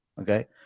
okay